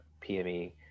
PME